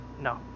No